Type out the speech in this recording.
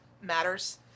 matters